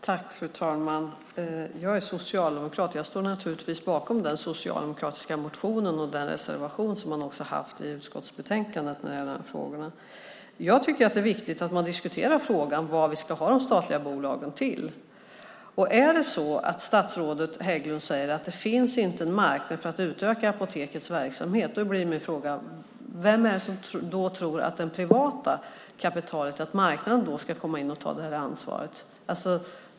Fru talman! Jag är socialdemokrat och står naturligtvis bakom den socialdemokratiska motionen och den reservation som finns i utskottsbetänkandet i den här frågan. Jag tycker att det är viktigt att vi diskuterar vad vi ska ha de statliga bolagen till. Statsrådet Hägglund säger att det inte finns någon marknad för att utöka Apotekets verksamhet. Då blir min fråga: Vem inom det privata kapitalet tror att marknaden ska ta ansvaret?